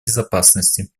безопасности